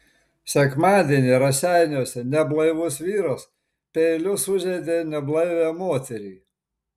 sekmadienį raseiniuose neblaivus vyras peiliu sužeidė neblaivią moterį